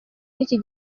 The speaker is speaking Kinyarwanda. n’iki